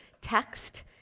text